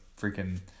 freaking